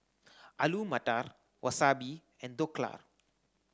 Alu Matar Wasabi and Dhokla